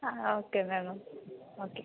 ആ okay ma'am okay